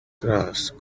grass